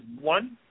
one